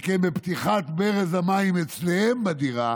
שכן בפתיחת ברז המים אצלם בדירה